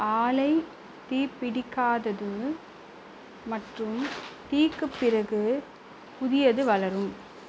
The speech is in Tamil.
ஆலை தீப்பிடிக்காதது மற்றும் தீக்குப் பிறகு புதியது வளரும்